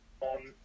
on